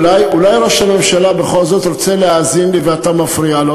אולי ראש הממשלה בכל זאת רוצה להאזין לי ואתה מפריע לו?